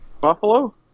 Buffalo